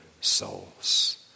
souls